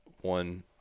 one